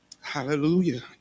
Hallelujah